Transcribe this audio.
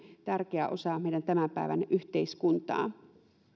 tärkeä osa meidän tämän päivän yhteiskuntaa